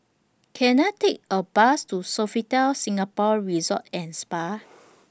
Can I Take A Bus to Sofitel Singapore Resort and Spa